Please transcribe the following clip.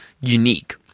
unique